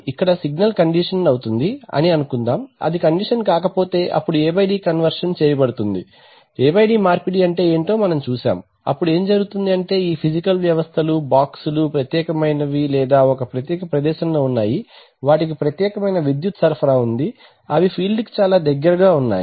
ఇక్కడ signal conditioned అవుతుంది అని అనుకుందాం అది కండిషన్ కాకపోతే అప్పుడు AD కన్వర్షన్ చేయబడుతుంది AD మార్పిడి అంటే ఏమిటో మనం చూశాము అప్పుడు ఏమి జరుగుతుంది అంటే ఈ ఫిజికల్ వ్యవస్థలు బాక్సులు ప్రత్యేకమైనవి లేదా ఒక ప్రత్యేక ప్రదేశంలో ఉన్నాయి వాటికి ప్రత్యేకమైన విద్యుత్ సరఫరా ఉంది అవి ఫీల్డ్ కి చాలా దగ్గరగా ఉన్నాయి